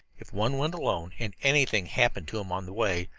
if one went alone, and anything happened to him on the way,